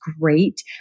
great